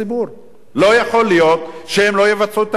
לא יכול להיות שהם לא יבצעו את המשימה שלהם,